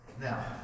Now